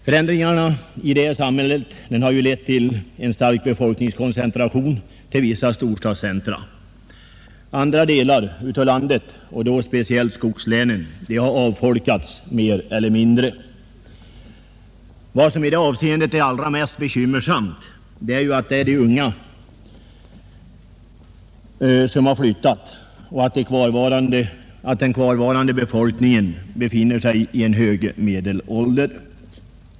Förändringarna i vårt samhälle har lett till en stark befolkningskoncentration till vissa storstadscentra. Andra delar av landet — speciellt skogslänen — har mer eller mindre avfolkats. Allra mest bekymmersamt i detta avseende är att de unga flyttar och att den kvarvarande befolkningen har en hög medelålder.